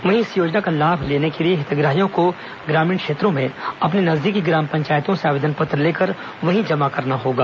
वहीं इस योजना का लाभ लेने के लिए हितग्राहियों को ग्रामीण क्षेत्रों में अपने नजदीकी ग्राम पंचायतों से आवेदन पत्र लेकर वहीं जमा करना होगा